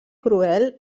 cruel